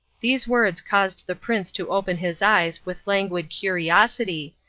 these words caused the prince to open his eyes with languid curiosity,